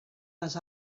les